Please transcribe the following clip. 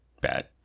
bad